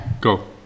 go